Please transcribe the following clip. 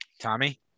Tommy